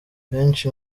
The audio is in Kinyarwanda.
benshi